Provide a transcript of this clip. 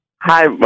Hi